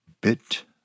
Bit